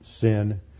sin